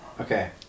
Okay